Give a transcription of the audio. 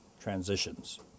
transitions